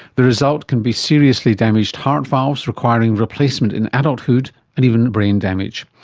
the result can be seriously damaged heart valves requiring replacement in adulthood and even brain damage.